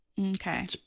Okay